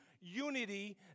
unity